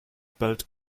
bellt